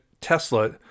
Tesla